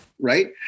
right